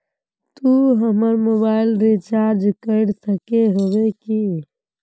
तू हमर mobile recharge कर सके होबे की?